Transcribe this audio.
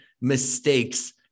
mistakes